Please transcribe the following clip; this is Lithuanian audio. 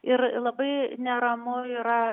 ir labai neramu yra